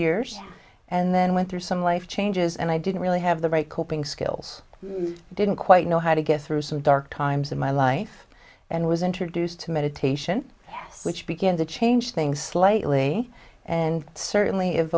years and then went through some life changes and i didn't really have the right coping skills i didn't quite know how to get through some dark times in my life and was introduced to meditation which begin to change things slightly and certainly